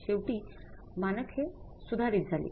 शेवटी मानक हे सुधारित झाले